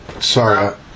Sorry